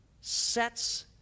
Sets